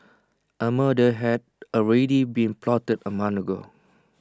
A murder had already been plotted A month ago